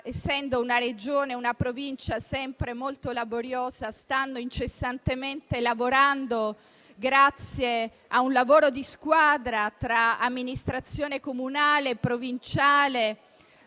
essendo una Regione e una Provincia sempre molto laboriose, stanno incessantemente lavorando, grazie a un lavoro di squadra tra amministrazione comunale e provinciale,